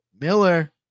miller